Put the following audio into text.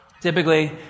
typically